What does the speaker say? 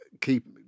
keep